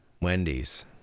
Wendy's